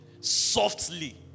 softly